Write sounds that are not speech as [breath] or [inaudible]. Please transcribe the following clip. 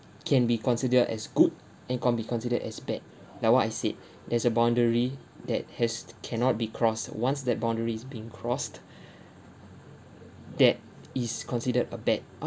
can be consider as good and can be considered as bad like what I said [breath] there's a boundary that has cannot be crossed once that boundary is being crossed [breath] that is considered a bad art